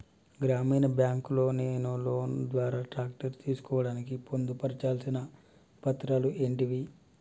గ్రామీణ బ్యాంక్ లో నేను లోన్ ద్వారా ట్రాక్టర్ తీసుకోవడానికి పొందు పర్చాల్సిన పత్రాలు ఏంటివి?